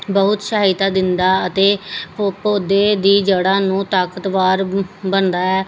ਬਹੁਤ ਸਹਾਇਤਾ ਦਿੰਦਾ ਅਤੇ ਪ ਪੌਦੇ ਦੀ ਜੜ੍ਹਾਂ ਨੂੰ ਤਾਕਤਵਰ ਬਣਾਉਂਦਾ ਹੈ